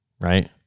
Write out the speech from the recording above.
Right